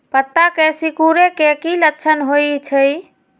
पत्ता के सिकुड़े के की लक्षण होइ छइ?